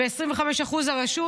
ו-25% הרשות,